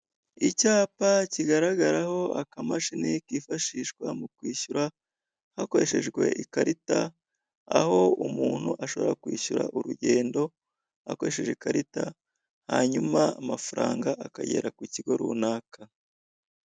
Icyapa kigaragaraho akamashini kifashishwa mukwishyura, hakoreshejwe ikarita aho umuntu ashobora kwishyura urugendo akoresheje ikarita, hanyuma amafaranga akagera kukigo runaka.